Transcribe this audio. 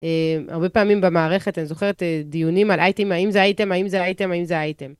הרבה פעמים במערכת אני זוכרת דיונים על אייטם, האם זה אייטם, האם זה אייטם, האם זה אייטם.